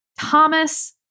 Thomas